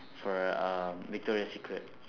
for uh victoria secret